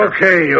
Okay